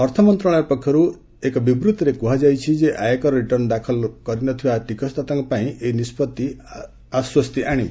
ଅର୍ଥମନ୍ତ୍ରଣାଳୟ ପକ୍ଷରୁ ଏକ ବିବୃଭିରେ କୁହାଯାଇଛି ଯେ ଆୟକର ରିଟର୍ଣ୍ଣ ଦାଖଲ କରିନଥିବା ଟିକସଦାତାଙ୍କ ପାଇଁ ଏହି ନିଷ୍ପଭ୍ତି ଆଶ୍ୱସ୍ତି ଆଣିବ